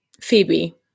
Phoebe